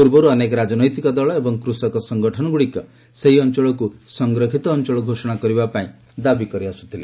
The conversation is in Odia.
ପ୍ରବର୍ତ୍ତ ଅନେକ ରାଜନୈତିକ ଦଳ ଏବଂ କୃଷକ ସଙ୍ଗଠନଗୁଡ଼ିକ ସେହି ଅଞ୍ଚଳକୁ ସଂରକ୍ଷିତ ଅଞ୍ଚଳ ଘୋଷଣା କରିବାପାଇଁ ଦାବି କରିଆସ୍ତ୍ରଥିଲେ